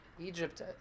Egypt